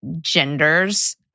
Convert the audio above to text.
genders